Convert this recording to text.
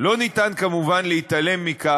אני לא מבקש להשוות את עצמי לא לסוריה,